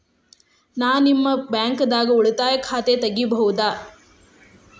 ನಾ ನಿಮ್ಮ ಬ್ಯಾಂಕ್ ದಾಗ ಉಳಿತಾಯ ಖಾತೆ ತೆಗಿಬಹುದ?